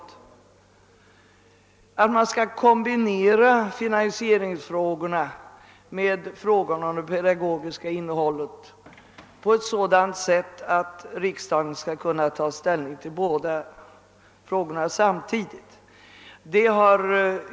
Dessutom skall finansieringsfrågorna kombineras med frågan om det pedagogiska innehållet på ett sådant sätt att riksdagen samtidigt skall kunna ta ställning till båda dessa spörsmål.